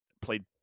played